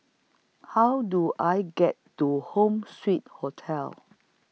How Do I get to Home Suite Hotel